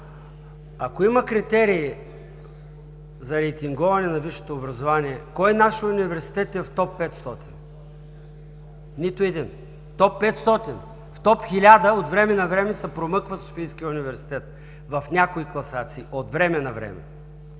Ако има критерии за рейтинговане на висшето образование, кой наш университет е в Топ 500? Нито един! Топ 500! В Топ 1000 от време на време се промъква Софийският университет, в някои класации, от време на време.